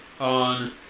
on